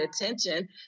attention